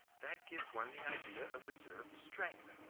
that gives one the idea of reserved strength.